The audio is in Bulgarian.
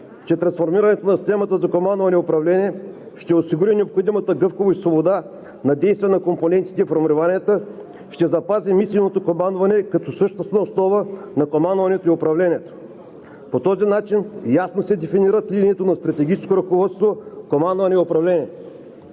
че трансформирането на системата за командване и управление ще осигури необходимата гъвкавост и свобода на действие на компонентите и формированията, ще запази мисийното командване като същностна основа на командването и управлението. По този начин ясно се дефинират линиите на стратегическо ръководство, командване и управление.